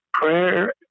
Prayer